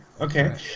okay